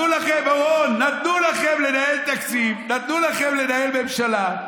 רון, נתנו לכם לנהל תקציב, נתנו לכם לנהל ממשלה,